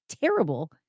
terrible